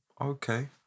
okay